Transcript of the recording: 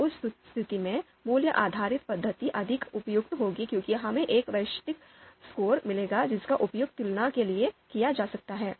तो उस स्थिति में मूल्य आधारित पद्धति अधिक उपयुक्त होगी क्योंकि हमें एक वैश्विक स्कोर मिलेगा जिसका उपयोग तुलना के लिए किया जा सकता है